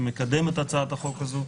שמקדם את הצעת החוק הזאת.